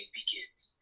begins